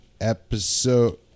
episode